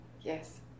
Yes